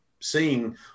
Seeing